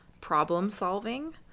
problem-solving